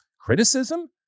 criticism